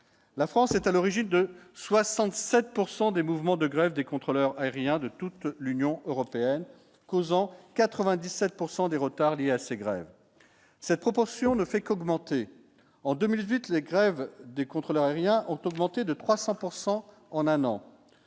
La France est à l'origine de 67 pourcent des mouvements de grève des contrôleurs aériens de toute l'Union européenne, causant en 97 pourcent des retards liés à ces grèves cette proportion ne fait qu'augmenter. En 2008, les grèves des contrôleurs aériens ont augmenté de 300 pourcent